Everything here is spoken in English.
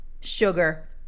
sugar